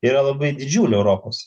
yra labai didžiulė europos